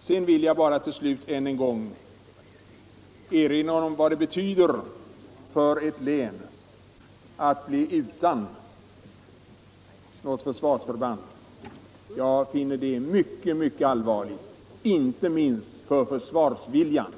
Sedan vill jag bara till slut ännu en gång erinra om vad det betyder för ett län att bli utan ett försvarsförband. Jag finner det mycket allvarligt inte minst med hänsyn till försvarsviljan.